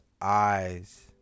eyes